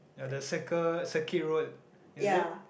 yah the Circle Circuit Road is it